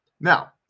Now